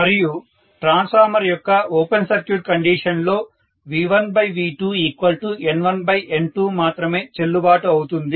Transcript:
మరియు ట్రాన్స్ఫార్మర్ యొక్క open circuit condition లో V1V2N1N2 మాత్రమే చెల్లుబాటు అవుతుంది